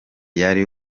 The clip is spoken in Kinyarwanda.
yari